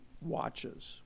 watches